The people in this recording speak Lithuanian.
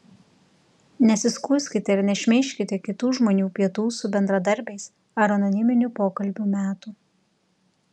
nesiskųskite ir nešmeižkite kitų žmonių pietų su bendradarbiais ar anoniminių pokalbių metų